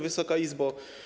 Wysoka Izbo!